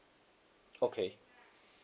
okay